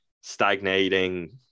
stagnating